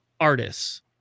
artists